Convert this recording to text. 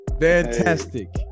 Fantastic